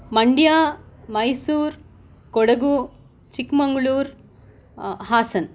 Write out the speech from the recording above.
Mandya Mysore Kodagu Chikmagalur Haasan